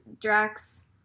Drax